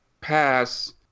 pass